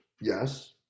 yes